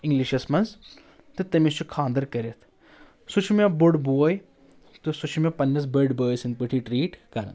اِنگلِشس منٛز تہٕ تٔمِس چھُ خانٛدر کٔرِتھ سُہ چھُ مےٚ بوٚڑ بوے تہٕ سُہ چھُ مےٚ پننِس بٔڑۍ بٲے سٕنٛدۍ پٲٹھی ٹرٛیٖٹ کران